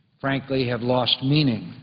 frankly, have lost meaning.